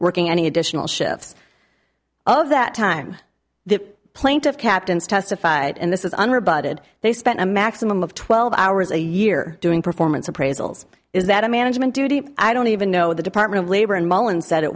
working any additional shifts of that time the plaintiff captains testified and this is an rebutted they spent a maximum of twelve hours a year doing performance appraisals is that a management duty i don't even know the department of labor and mullen said it